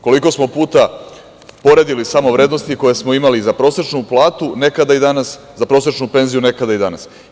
Koliko smo puta poredili samo vrednosti koje smo imali za prosečnu planu nekada i danas za prosečnu penziju, nekada i danas?